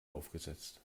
aufgesetzt